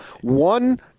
One